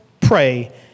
pray